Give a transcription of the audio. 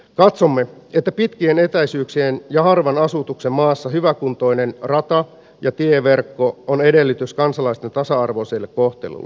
katsomme että pitkien etäisyyksien ja harvan asutuksen maassa hyväkuntoinen rata ja tieverkko on edellytys kansalaisten tasa arvoiselle kohtelulle